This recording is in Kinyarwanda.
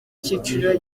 cyiciro